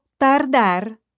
tardar